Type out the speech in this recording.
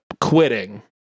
quitting